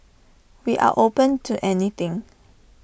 we are open to anything